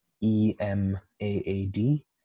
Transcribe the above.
e-m-a-a-d